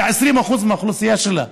ל-20% מהאוכלוסייה שלה,